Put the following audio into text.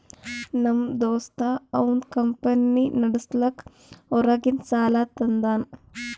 ನಮ್ ದೋಸ್ತ ಅವಂದ್ ಕಂಪನಿ ನಡುಸ್ಲಾಕ್ ಹೊರಗಿಂದ್ ಸಾಲಾ ತಂದಾನ್